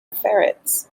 ferrets